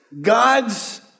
God's